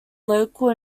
local